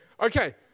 Okay